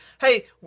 Hey